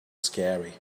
scary